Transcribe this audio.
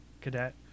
Cadet